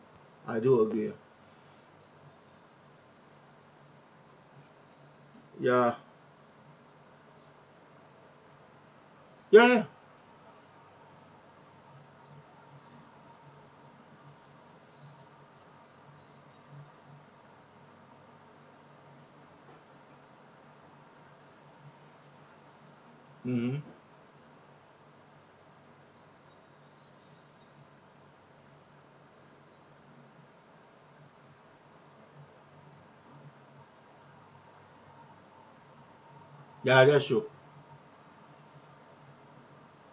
I do agree uh ya ya ya mmhmm ya that's true